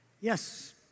Yes